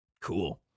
Cool